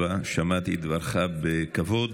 תודה רבה.